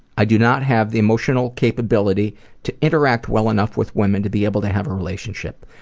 i do not have the emotional capability to interact well enough with women to be able to have a relationship.